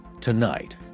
Tonight